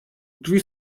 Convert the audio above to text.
drzwi